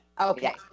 okay